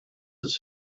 his